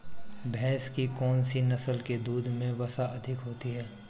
भैंस की कौनसी नस्ल के दूध में वसा अधिक होती है?